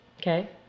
okay